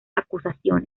acusaciones